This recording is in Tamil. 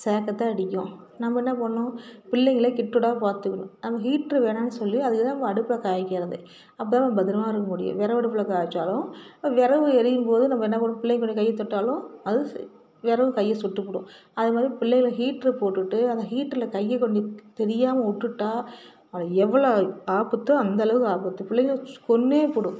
ஸேக்கு தான் அடிக்கும் நம்ம என்ன பண்ணுவோம் பிள்ளைங்கள கிட்ட விடாம பார்த்துக்கணும் நம்ம ஹீட்ரு வேணாம்ன்னு சொல்லி அதுக்கு தான் இப்போ அடுப்பில் காய வைக்கிறது அப்போ தான் நம்ம பத்திரமா இருக்க முடியும் வெறகு அடுப்பில் காய வச்சாலும் வெறகு எரியும் போது நம்ம என்ன பண்ணுவோம் பிள்ளைங்க கையை தொட்டாலும் அது சு வெறகு கையை சுட்டு விடும் அது மாதிரி பிள்ளைகள ஹீட்ரு போட்டுட்டு அந்த ஹீட்ரில் கையை கொண்டு தெரியாமல் விட்டுட்டா அது எவ்வளோ ஆபத்தோ அந்த அளவு ஆபத்து பிள்ளைங்க கொன்றேபுடும்